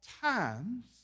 times